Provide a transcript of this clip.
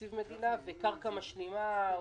תקציב מדינה וקרקע משלימה,